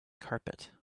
carpet